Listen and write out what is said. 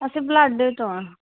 ਅਸੀਂ ਬੁਢਲਾਡੇ ਤੋਂ ਹਾਂ